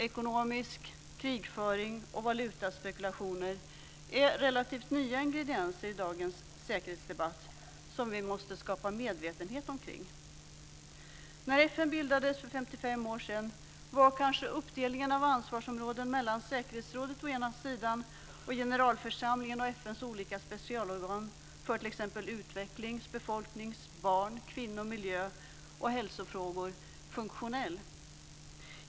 Ekonomisk krigföring och valutaspekulationer är relativt nya ingredienser i dagens säkerhetsdebatt, som vi måste skapa medvetenhet omkring. När FN bildades för 55 år sedan var kanske uppdelningen av ansvarsområden mellan säkerhetsrådet å ena sidan och generalförsamlingen och FN:s olika specialorgan för utvecklings-, befolknings-, barn-, kvinno-, miljö och hälsofrågor å den andra funktionell.